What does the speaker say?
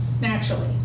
naturally